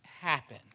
happen